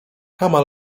kama